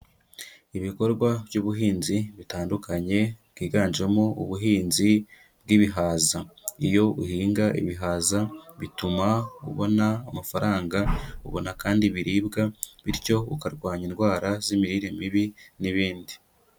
Ibikorwa by'ubuhinzi bitandukanye, bwiganjemo ubuhinzi bw'ibihaza. Iyo uhinga ibihaza, bituma ubona amafaranga, ubona kandi ibiribwa, bityo ukarwanya indwara z'imirire mibi n'ibindi.